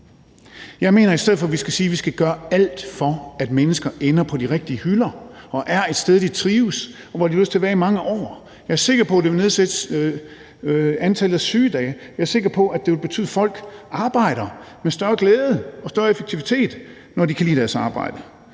Jeg mener, at vi skal sige, at vi i stedet for skal gøre alt for, at mennesker ender på de rigtige hylder og er et sted, de trives, og hvor de har lyst til at være i mange år. Jeg er sikker på, at det vil nedsætte antallet af sygedage. Jeg er sikker på, at folk arbejder med større glæde og større effektivitet, når de kan lide deres arbejde.